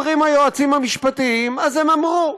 אומרים היועצים המשפטיים, אז הם אמרו.